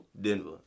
Denver